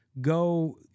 go